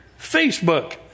Facebook